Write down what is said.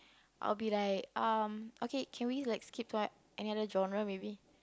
I will be like um okay can we like skip to what any other genre maybe